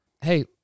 Hey